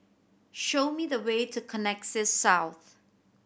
show me the way to Connexis South